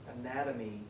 anatomy